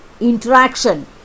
interaction